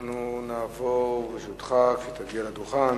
אנחנו נעבור, ברשותך, כשתגיע לדוכן,